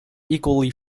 equally